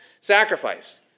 sacrifice